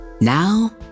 Now